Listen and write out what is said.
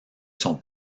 son